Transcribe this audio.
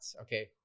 okay